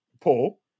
Paul